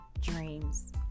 dreams